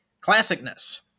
Classicness